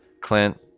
Clint